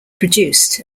produced